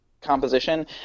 composition